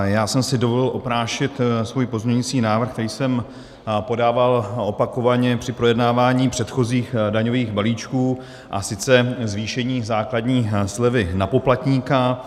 Já jsem si dovolil oprášit svůj pozměňovací návrh, který jsem podával opakovaně při projednávání předchozích daňových balíčků, a sice zvýšení základní slevy na poplatníka.